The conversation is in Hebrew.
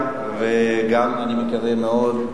בהרצלייה, ואני גם מקווה מאוד,